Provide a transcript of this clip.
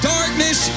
darkness